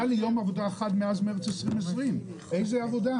לי יום עבודה אחד מאז מרץ 2020. איזו עבודה?